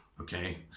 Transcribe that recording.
okay